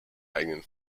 eigenen